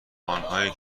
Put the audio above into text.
آنهایی